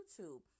YouTube